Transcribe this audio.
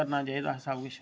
करना चाहिदा सब किश